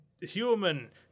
Human